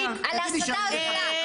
על ההסתה הזולה.